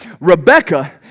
Rebecca